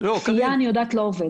כפייה לא עובדת.